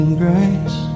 grace